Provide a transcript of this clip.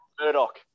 Murdoch